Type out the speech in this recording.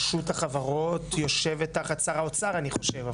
רשות החברות יושבת תחת שר האוצר, אני חושב.